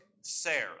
Sarah